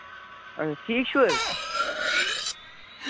اَہَن حظ ٹھیٖک چھُو حظ